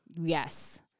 Yes